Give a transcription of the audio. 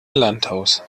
landhaus